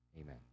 Amen